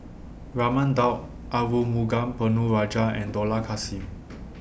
Raman Daud Arumugam Ponnu Rajah and Dollah Kassim